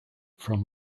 from